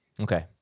Okay